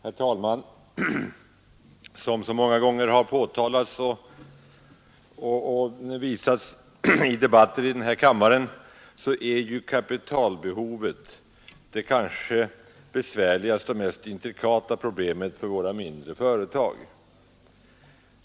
Herr talman! Som så många gånger har påtalats och visats i debatter här i kammaren är kapitalbehovet det kanske besvärligaste och mest intrikata problemet för våra mindre företag.